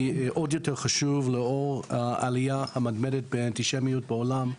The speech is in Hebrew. עוד יותר חשוב לאור העלייה המתמדת באנטישמיות בעולם,